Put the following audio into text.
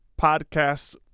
Podcast